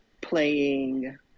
playing